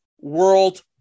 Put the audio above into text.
World